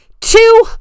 two